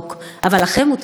אבל לכם מותר הכול.